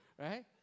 right